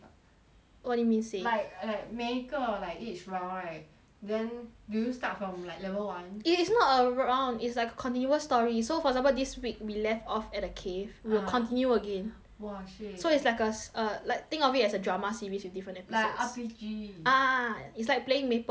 what do you mean save like like 每个 like each round right then do you start from like level one it is not a round it's like continuous story so for example this week we left off at the cave ah we would continue again !wah! seh so it's like a a think of it as a drama series with different episodes like R_P_G ah it's like playing Maple lor but like